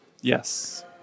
Yes